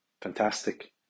fantastic